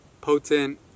potent